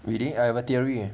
we didn't I have a theory eh